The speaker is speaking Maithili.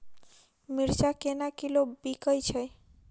मिर्चा केना किलो बिकइ छैय?